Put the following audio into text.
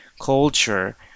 culture